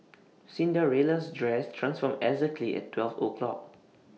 Cinderella's dress transformed exactly at twelve o'clock